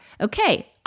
Okay